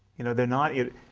you know they're not it